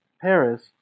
Paris